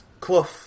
Clough